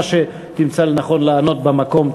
על מה שתמצא לנכון לענות במקום,